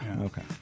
Okay